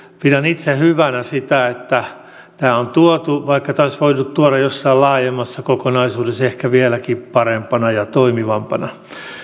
pidän itse hyvänä sitä että tämä on tuotu vaikka tämä olisi voitu tuoda jossain laajemmassa kokonaisuudessa ehkä vieläkin parempana ja toimivampana